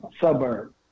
suburb